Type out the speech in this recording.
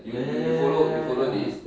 ya ya ya ya ya ya